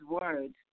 words